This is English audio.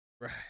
Right